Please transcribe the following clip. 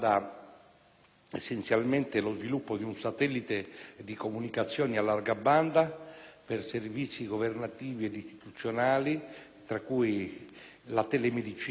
essenzialmente lo sviluppo di un satellite di comunicazioni a larga banda, per servizi governativi ed istituzionali, tra cui la telemedicina,